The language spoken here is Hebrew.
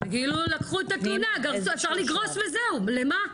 כאילו לקחו את התלונה, אפשר לגרוס וזהו, למה?